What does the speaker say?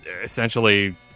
essentially